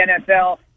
NFL